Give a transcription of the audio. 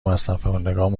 مصرفکنندگان